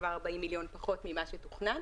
כבר 40 מיליון פחות ממה שתוכנן